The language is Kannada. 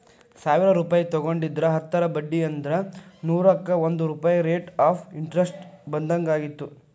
ಸಾವಿರ್ ರೂಪಾಯಿ ತೊಗೊಂಡಿದ್ರ ಹತ್ತರ ಬಡ್ಡಿ ಅಂದ್ರ ನೂರುಕ್ಕಾ ಒಂದ್ ರೂಪಾಯ್ ರೇಟ್ ಆಫ್ ಇಂಟರೆಸ್ಟ್ ಬಿದ್ದಂಗಾಯತು